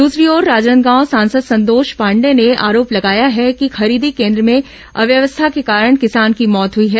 दसरी ओर राजनांदगांव सांसद संतोष पांडेय ने आरोप लगाया है कि खरीदी केन्द्र में अव्यवस्था के कारण किसान की मौत हुई है